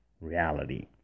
reality